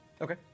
Okay